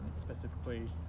specifically